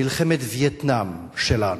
מלחמת וייטנאם שלנו.